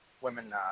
women